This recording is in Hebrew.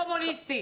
קומוניסטי.